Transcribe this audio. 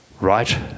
right